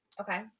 Okay